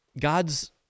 God's